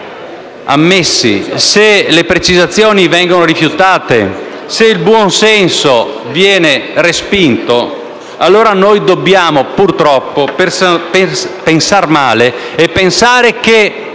se le precisazioni vengono rifiutate e se il buonsenso viene respinto noi dobbiamo purtroppo pensar male e pensare che